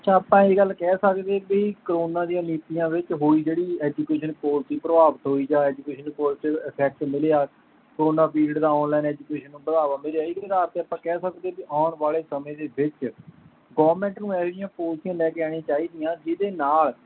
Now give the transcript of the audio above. ਅੱਛਾ ਆਪਾਂ ਇਹ ਗੱਲ ਕਹਿ ਸਕਦੇ ਵਈ ਕਰੋਨਾ ਦੀਆਂ ਨੀਤੀਆਂ ਵਿੱਚ ਹੋਈ ਜਿਹੜੀ ਐਜੂਕੇਸ਼ਨ ਪੋਲਸੀ ਪ੍ਰਭਾਵਿਤ ਹੋਈ ਜਾਂ ਐਜੂਕੇਸ਼ਨ ਪੋਲਸੀ ਨੂੰ ਅਫੈਕਟ ਮਿਲਿਆ ਕਰੋਨਾ ਪੀਰੀਅਡ ਦਾ ਔਨਲਾਈਨ ਐਜੂਕੇਸ਼ਨ ਨੂੰ ਵਧਾਵਾ ਮਿਲਿਆ ਇਹਦੇ ਅਧਾਰ 'ਤੇ ਆਪਾਂ ਕਹਿ ਸਕਦੇ ਵੀ ਆਉਣ ਵਾਲੇ ਸਮੇਂ ਦੇ ਵਿੱਚ ਗੌਮਿੰਟ ਨੂੰ ਇਹੋ ਜਿਹੀਆਂ ਪੋਲਸੀਆਂ ਲੈ ਕੇ ਆਉਣੀਆ ਚਾਹੀਦੀਆਂ ਜਿਹਦੇ ਨਾਲ